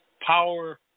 power